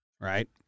right